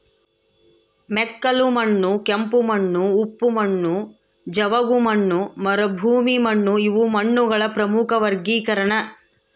ಮೆಕ್ಕಲುಮಣ್ಣು ಕೆಂಪುಮಣ್ಣು ಉಪ್ಪು ಮಣ್ಣು ಜವುಗುಮಣ್ಣು ಮರುಭೂಮಿಮಣ್ಣುಇವು ಮಣ್ಣುಗಳ ಪ್ರಮುಖ ವರ್ಗೀಕರಣ